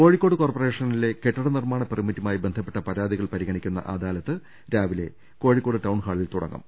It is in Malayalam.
കോഴിക്കോട് കോർപ്പറേഷനിലെ കെട്ടിട നിർമ്മാണ പെർമിറ്റുമായി ബന്ധപ്പെട്ട പരാതികൾ പരിഗണിക്കുന്ന അദാലത്ത് രാവിലെ കോഴിക്കോട് ടൌൺഹാളിൽ തുടങ്ങും